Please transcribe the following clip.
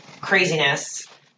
craziness